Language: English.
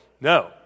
No